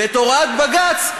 ואת הוראת בג"ץ,